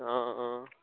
অঁ অঁ